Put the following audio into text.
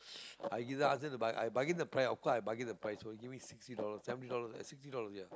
i didn't ask her to buy I bargain the price of course I bargain the price first give me sixty dollars seventy dollars ah sixty dollars ya